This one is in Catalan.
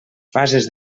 fases